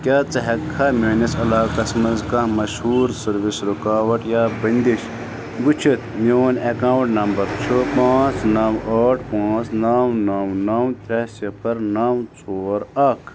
کیٛاہ ژٕ ہیٚکہِ کھا میٛٲنِس علاقس منٛز کانٛہہ مشہوٗر سٔروس رکاوٹ یا بنٛدش وُچھتھ میٛون ایٚکاونٛٹ نمبر چھُ پانٛژھ نَو ٲٹھ پانٛژھ نَو نَو نَو ترٛےٚ صفر نَو ژور اکھ